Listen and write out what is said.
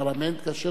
כאשר שמעתי